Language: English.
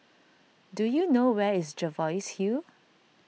do you know where is Jervois Hill